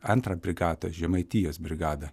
antrą brigadą žemaitijos brigadą